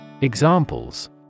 Examples